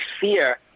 fear